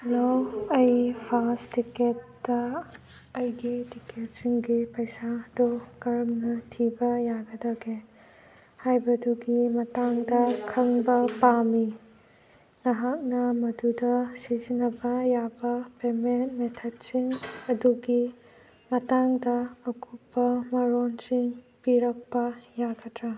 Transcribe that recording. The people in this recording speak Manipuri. ꯍꯜꯂꯣ ꯑꯩ ꯐꯥꯁ ꯇꯤꯀꯦꯠꯇ ꯑꯩꯒꯤ ꯇꯤꯀꯦꯠꯁꯤꯡꯒꯤ ꯄꯩꯁꯥꯗꯨ ꯀꯔꯝꯅ ꯊꯤꯕ ꯌꯥꯒꯗꯒꯦ ꯍꯥꯏꯕꯗꯨꯒꯤ ꯃꯇꯥꯡꯗ ꯈꯪꯕ ꯄꯥꯝꯃꯤ ꯅꯍꯥꯛꯅ ꯃꯗꯨꯗ ꯁꯤꯖꯤꯟꯅꯕ ꯌꯥꯕ ꯄꯦꯃꯦꯟ ꯃꯦꯊꯠꯁꯤꯡ ꯑꯗꯨꯒꯤ ꯃꯇꯥꯡꯗ ꯑꯀꯨꯞꯄ ꯃꯔꯣꯜꯁꯤꯡ ꯄꯤꯔꯛꯄ ꯌꯥꯒꯗ꯭ꯔꯥ